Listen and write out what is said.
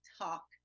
talk